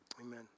amen